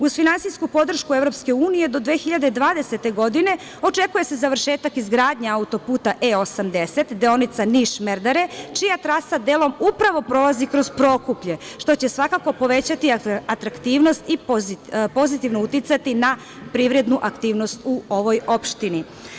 Uz finansijsku podršku EU, do 2020. godine očekuje se završetak izgradnje autoputa E80, deonica Niš – Merdare, čija trasa delom upravo prolazi kroz Prokuplje, što će svakako povećati atraktivnosti i pozitivno uticati na privrednu aktivnost u ovoj opštini.